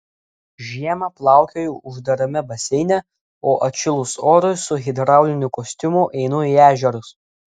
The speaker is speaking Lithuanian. žiemą plaukioju uždarame baseine o atšilus orui su hidrauliniu kostiumu einu į ežerus